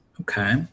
Okay